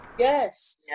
Yes